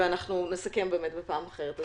נסכם בפעם אחרת.